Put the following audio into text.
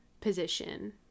position